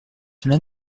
cela